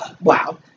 Wow